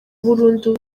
burundu